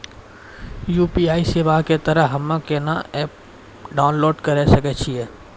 UPI सेवा के तहत हम्मे केना एप्प डाउनलोड करे सकय छियै?